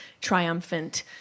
triumphant